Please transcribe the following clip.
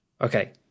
Okay